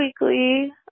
Weekly